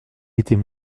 était